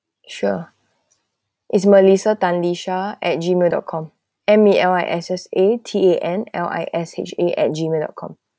sure it's melissa tan lisha at gmail dot com M E L I S S A T A N L I S H A at gmail dot com